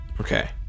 Okay